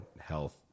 health